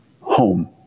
home